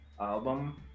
album